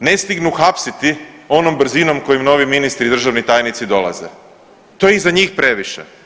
ne stignu hapsiti onom brzinom kojom novi ministri i državni tajnici dolaze, to je i za njih previše.